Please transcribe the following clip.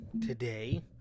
today